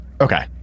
Okay